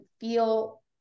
feel